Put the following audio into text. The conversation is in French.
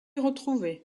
retrouvé